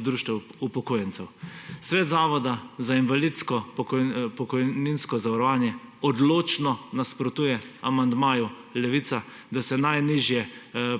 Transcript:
društev upokojencev Slovenije? Svet Zavoda za invalidsko in pokojninsko zavarovanje odločno nasprotuje amandmaju Levice, da se najnižje